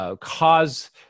cause